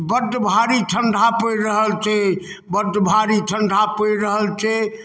बड भारी ठंडा पड़ि रहल छै बड भारी ठंडा पड़ि रहल छै